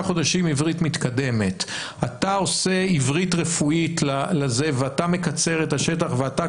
חודשים עברית מתקדמת אתה עושה עברית רפואית ואתה מקצר ואתה